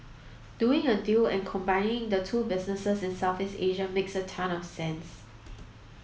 doing a deal and combining the two businesses in Southeast Asia makes a ton of sense